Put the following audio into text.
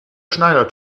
schneider